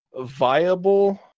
viable